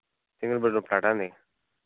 single bedroom ప్లాటా అది